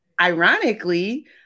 Ironically